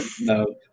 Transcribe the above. No